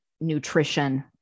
nutrition